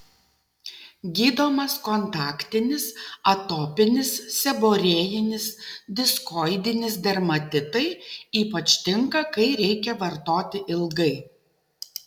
gydomas kontaktinis atopinis seborėjinis diskoidinis dermatitai ypač tinka kai reikia vartoti ilgai